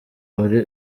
uri